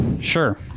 Sure